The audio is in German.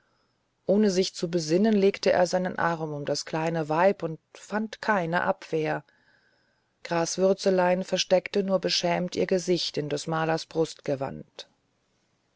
ohne sich zu besinnen legte er seinen arm um das kleine weib und fand keine abwehr graswürzelein versteckte nur beschämt ihr gesicht in des malers